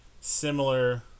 similar